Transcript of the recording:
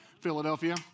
Philadelphia